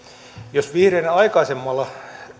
jos vihreiden aikaisemmalla